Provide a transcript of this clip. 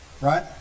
right